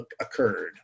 occurred